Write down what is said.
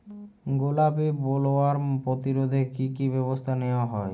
গোলাপী বোলওয়ার্ম প্রতিরোধে কী কী ব্যবস্থা নেওয়া হয়?